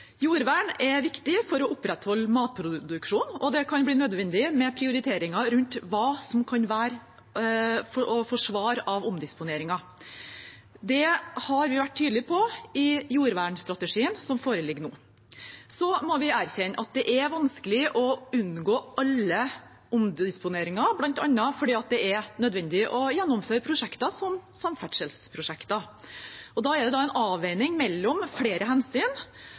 Jordvern er viktig for å opprettholde matproduksjon, og det kan bli nødvendig med prioriteringer rundt hva som kan forsvares av omdisponeringer. Det har vi vært tydelige på i jordvernstrategien som foreligger nå. Så må vi erkjenne at det er vanskelig å unngå alle omdisponeringer, bl.a. fordi det er nødvendig å gjennomføre prosjekter, f.eks. samferdselsprosjekter. Da er det en avveining mellom flere hensyn.